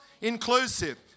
inclusive